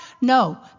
No